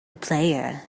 player